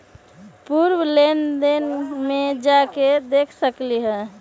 पूर्व लेन देन में जाके देखसकली ह?